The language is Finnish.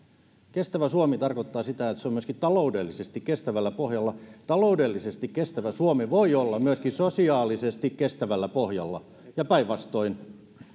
kestävä suomi tarkoittaa sitä että se on myöskin taloudellisesti kestävällä pohjalla taloudellisesti kestävä suomi voi olla myöskin sosiaalisesti kestävällä pohjalla ja päinvastoin